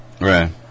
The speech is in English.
Right